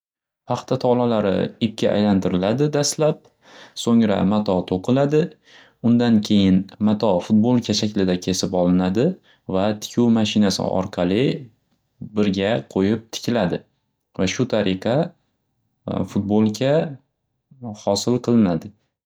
Paxta tolalari ipga aylantiriladi dastlab so'ngra mato to'qiladi undan keyin mato futbolka shaklida kesib olinadi va tikuv mashinasi orqali birga qo'yib tikiladi va shu tariqa futbolka xosil qilinadi.